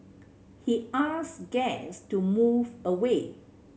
he asked guests to move away